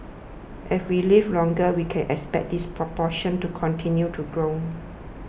as we live longer we can expect this proportion to continue to grow